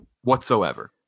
whatsoever